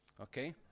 Okay